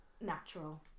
natural